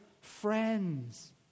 friends